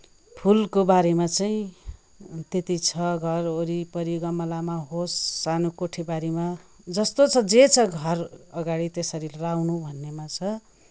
फुलको बारेमा चाहिँ त्यति छ घर वरिपरि गमलामा होस् सानो कोठे बारीमा जस्तो छ जे छ घर अघाडि त्यसरी लाउनु भन्नेमा छ